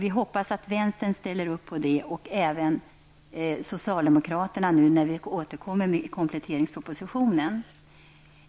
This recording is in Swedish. Vi hoppas att vänsterpartiet och även socialdemokraterna ställer upp på det när vi återkommer till behandling av kompletteringspropositionen.